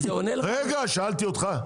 שאלתי אותך?